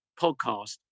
podcast